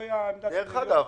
וזוהי העמדה ש --- אגב,